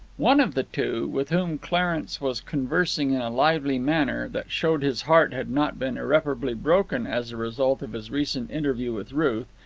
one of the two, with whom clarence was conversing in a lively manner that showed his heart had not been irreparably broken as the result of his recent interview with ruth,